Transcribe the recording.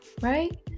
right